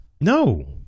No